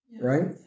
Right